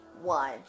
one